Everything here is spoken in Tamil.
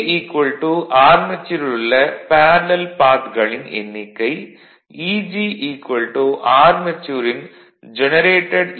A ஆர்மெச்சூரில் உள்ள பேரலல் பாத் களின் எண்ணிக்கை Eg ஆர்மெச்சூரின் ஜெனரேடட் ஈ